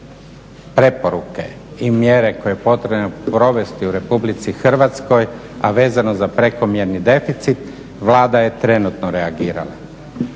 preporuke i mjere koje je potrebno provesti u Republici Hrvatskoj, a vezano za prekomjerni deficit Vlada je trenutno reagirala.